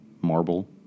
marble